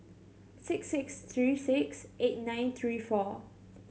six six three six eight nine three four